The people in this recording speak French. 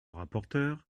rapporteur